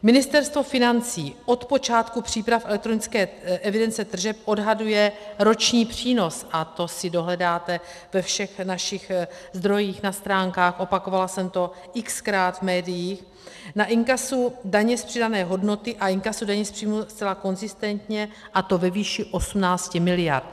Ministerstvo financí od počátku příprav elektronické evidence tržeb odhaduje roční přínos a to si dohledáte ve všech našich zdrojích na stránkách, opakovala jsem to xkrát v médiích na inkasu daně z přidané hodnoty a inkasu daně z příjmů zcela konzistentně, a to ve výši 18 mld.